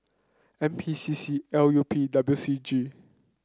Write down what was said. N P C C L U P W C G